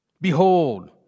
behold